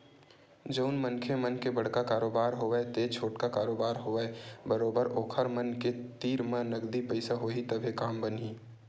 जउन मनखे मन के बड़का कारोबार होवय ते छोटका कारोबार होवय बरोबर ओखर मन के तीर म नगदी पइसा होही तभे काम बनही